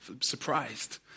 surprised